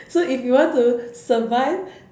so if you want to survive